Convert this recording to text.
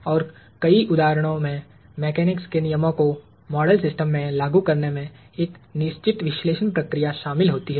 और कई उदाहरणों में मेकेनिक्स के नियमों को मॉडल सिस्टम में लागू करने में एक निश्चित विश्लेषण प्रक्रिया शामिल होती है